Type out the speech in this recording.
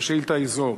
השאילתא היא זו,